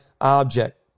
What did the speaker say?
object